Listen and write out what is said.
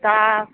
दा